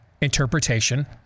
interpretation